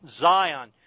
Zion